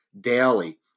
daily